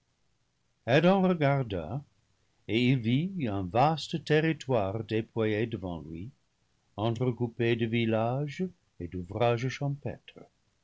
regarda et il vit un vaste territoire déployé devant lui entrecoupé de villages et d'ouvrages champêtres